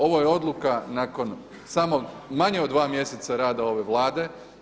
Ovo je odluka nakon samo manje od 2 mjeseca rada ove Vlade.